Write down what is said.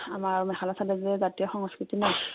আমাৰ মেখেলা চাদৰ যে জাতীয় সংস্কৃতি ন